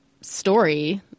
story